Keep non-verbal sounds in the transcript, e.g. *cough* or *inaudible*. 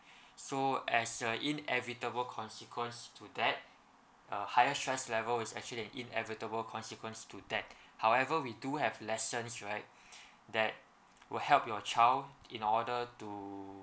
so as the inevitable consequence to that uh higher stress level is actually an inevitable consequence to that however we do have lessons right *breath* that will help your child in order to